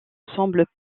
semble